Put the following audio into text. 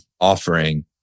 offering